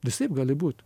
visaip gali būt